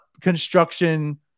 construction